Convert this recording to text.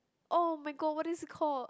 [oh]-my-god what is it called